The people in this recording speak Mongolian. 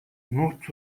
нууц